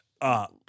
up